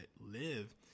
live